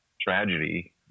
tragedy